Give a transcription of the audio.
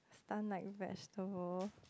stunt like vegetable